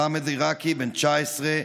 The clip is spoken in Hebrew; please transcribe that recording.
מוחמד עראקי בן 19,